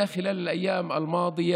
משפחות ובני עמנו,